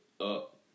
up